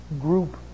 group